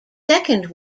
second